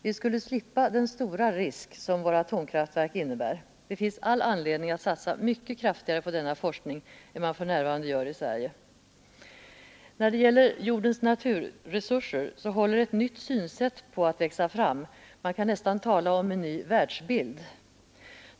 Vi skulle slippa den stora risk som våra atomkraftverk innebär. Det finns all anledning att satsa mycket kraftigare på denna forskning än man för närvarande gör i Sverige. När det gäller jordens naturresurser håller ett nytt synsätt på att växa fram, man kan nästan tala om en ny världsbild.